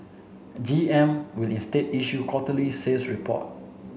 G M will instead issue quarterly sales report